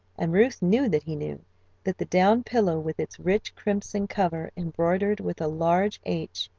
and ruth knew that he knew that the down pillow with its rich crimson cover embroidered with a large h.